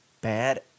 bad